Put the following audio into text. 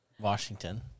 Washington